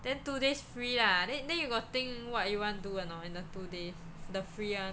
then two days free lah then then you got think what you want to do or not in the two days the free [one]